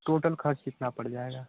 total खर्च कितना पड़ जाएगा